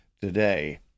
today